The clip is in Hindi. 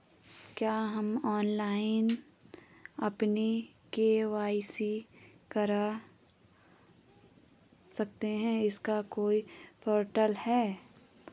क्या हम ऑनलाइन अपनी के.वाई.सी करा सकते हैं इसका कोई पोर्टल है?